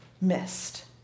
missed